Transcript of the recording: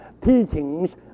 teachings